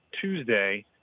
Tuesday